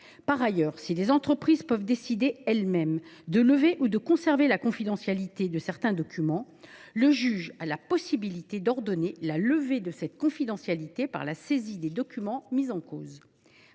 Ensuite, si les entreprises peuvent décider elles mêmes de lever ou de maintenir la confidentialité de certains documents, le juge a toujours la faculté d’ordonner la levée de cette confidentialité par la saisie des documents mis en cause.